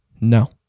No